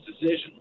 decision